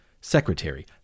secretary